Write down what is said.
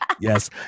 yes